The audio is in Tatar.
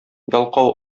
ялкау